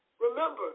Remember